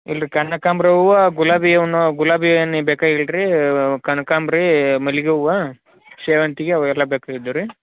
ಇಲ್ರಿ ಕನಕಾಂಬರಿ ಹೂವು ಗುಲಾಬಿ ಹೂವು ಗುಲಾಬಿ ಏನು ಬೇಕಾಗಿಲ್ರಿ ಕನಕಾಂಬರಿ ಮಲ್ಲಿಗೆ ಹೂವು ಸೇವಂತಿಗೆ ಅವೆಲ್ಲ ಬೇಕಾಗಿದ್ವು ರೀ